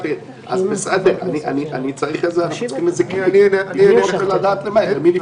אני צריך לדעת למי לפנות.